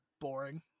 boring